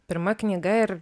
pirma knyga ir